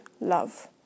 love